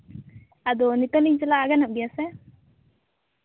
ᱟᱫᱚ ᱱᱤᱛᱚᱜ ᱤᱧ ᱪᱟᱞᱟᱜᱼᱟ ᱜᱟᱱᱚᱜ ᱜᱮᱭᱟ ᱥᱮ